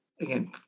again